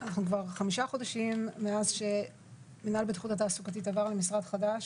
כבר חמישה חודשים חלפו מאז שמינהל הבטיחות התעסוקתית עבר למשרד חדש,